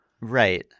right